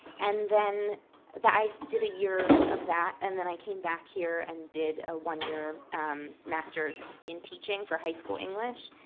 and then i did a year of that, and then i came back here and did a one year master's in teaching for high school english.